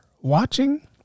watching